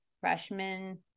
freshman